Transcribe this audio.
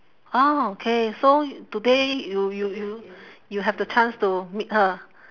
ah okay so today you you you you have the chance to meet her